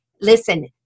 Listen